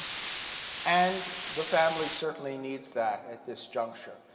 and the family certainly needs that at this juncture.